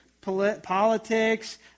politics